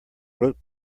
rope